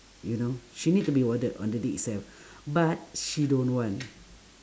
you know she needs to be warded on the day itself but she don't want